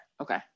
Okay